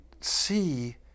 see